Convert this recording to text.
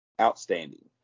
Outstanding